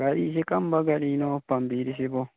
ꯒꯥꯔꯤꯁꯦ ꯀꯔꯝꯕ ꯒꯥꯔꯤꯅꯣ ꯄꯥꯝꯕꯤꯔꯤꯁꯤꯕꯣ